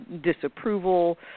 disapproval